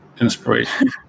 inspiration